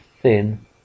thin